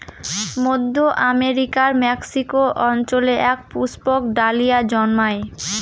মধ্য আমেরিকার মেক্সিকো অঞ্চলে এক পুষ্পক ডালিয়া জন্মায়